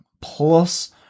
Plus